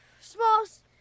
Smalls